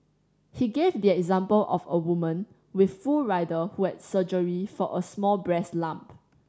he gave the example of a woman with full rider who had surgery for a small breast lump